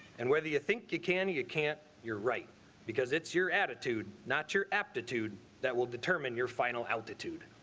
and whether you think you can you can't. you're right because it's your attitude, not your aptitude that will determine your final altitude.